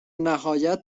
نهایت